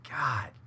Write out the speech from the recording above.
God